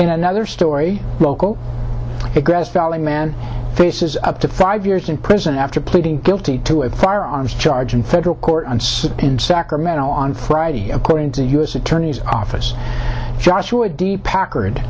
in another story local it grass valley man faces up to five years in prison after pleading guilty to a firearms charge in federal court in sacramento on friday according to the u s attorney's office joshua d packard